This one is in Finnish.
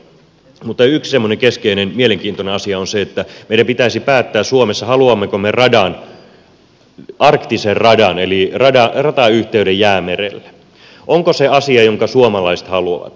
mutta yksi semmoinen keskeinen mielenkiintoinen asia on se että meidän pitäisi päättää suomessa haluammeko me arktisen radan eli ratayhteyden jäämerelle onko se asia jonka suomalaiset haluavat